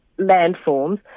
landforms